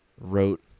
wrote